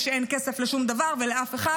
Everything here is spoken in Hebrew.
ושאין כסף לשום דבר ולאף אחד,